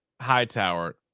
Hightower